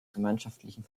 gemeinschaftlichen